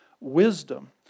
wisdom